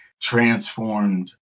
transformed